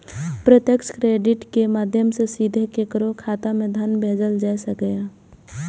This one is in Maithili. प्रत्यक्ष क्रेडिट के माध्यम सं सीधे केकरो खाता मे धन भेजल जा सकैए